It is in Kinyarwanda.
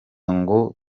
ngo